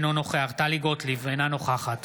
אינו נוכח טלי גוטליב, אינה נוכחת